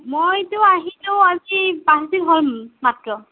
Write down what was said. মইটো আহিলোঁ আজি পাঁচ দিন হ'ল মাত্ৰ